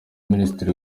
minisitiri